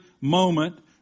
moment